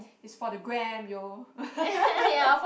it's for the gram yo